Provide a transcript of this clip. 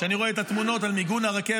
כשאני רואה את התמונות של מיגון הרכבת,